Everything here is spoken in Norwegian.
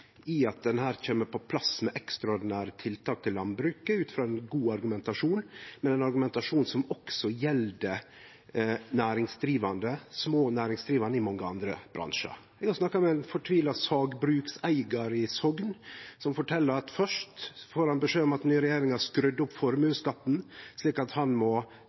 i at ein her kjem på plass med ekstraordinære tiltak til landbruket ut frå ein god argumentasjon, men ein argumentasjon som også gjeld små næringsdrivande i mange andre bransjar. Vi har snakka med ein fortvila sagbrukseigar i Sogn som fortel at først får han beskjed om at den nye regjeringa skrudde opp formuesskatten, slik at han må